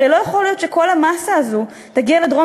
הרי לא יכול להיות שכל המאסה הזאת תגיע לדרום